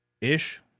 ish